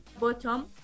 bottom